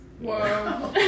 Wow